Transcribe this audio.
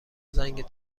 زنگ